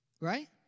right